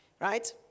right